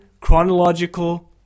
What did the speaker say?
chronological